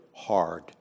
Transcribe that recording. hard